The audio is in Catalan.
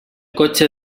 cotxe